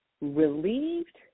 relieved